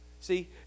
See